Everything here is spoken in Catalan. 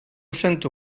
sento